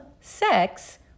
sex